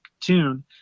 tune